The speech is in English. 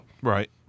Right